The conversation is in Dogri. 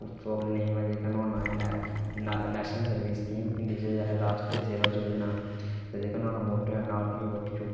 बोलने गी ओह्दा नां ऐ नैशनल सर्विस स्कीम हिंदी च उसी आखदे राष्ट्रिय सेवा योजना ते जेह्का नुहाड़ा मोटो ऐ ओह् ऐ नाॅट मी बट यू